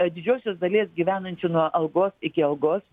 didžiosios dalies gyvenančių nuo algos iki algos